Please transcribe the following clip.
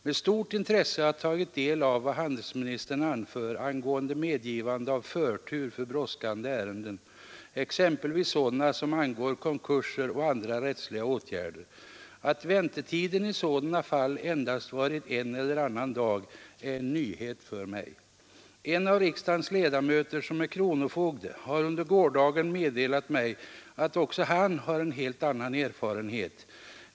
Med stort intresse har jag tagit del av vad handelsministern anför angående medgivande av förtur för brådskande ärenden, exempelvis sådana som angår konkurser och andra rättsliga åtgärder. Att väntetiden i sådana fall endast varit en eller annan dag är en nyhet för mig. En av riksdagens ledamöter, som är kronofogde, har under gårdagen meddelat mig att också han har en helt annan erfarenhet.